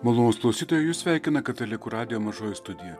malonūs klausytojai jus sveikina katalikų radijo mažoji studija